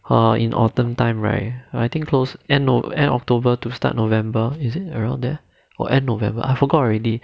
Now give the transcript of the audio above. err in autumn time right I think closed eh no end october to start november is it around there or end november I forgot already